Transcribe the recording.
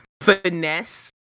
finesse